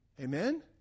Amen